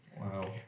Wow